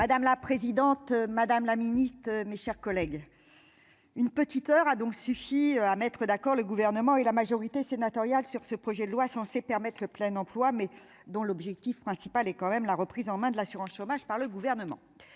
Madame la présidente, Madame la Ministre, mes chers collègues, une petite heure a donc suffi à mettre d'accord, le gouvernement et la majorité sénatoriale sur ce projet de loi censée permettre le plein emploi, mais dont l'objectif principal est quand même la reprise en main de l'assurance chômage par le gouvernement,